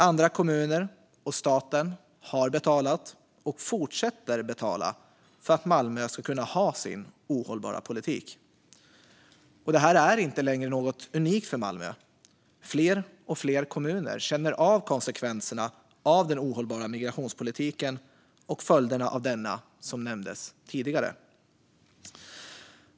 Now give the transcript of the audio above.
Andra kommuner och staten har betalat, och fortsätter att betala, för att Malmö ska kunna ha sin ohållbara politik. Och det här är inte längre något unikt för Malmö. Fler och fler kommuner känner av konsekvenserna av den ohållbara migrationspolitiken och följderna av denna, som nämndes tidigare.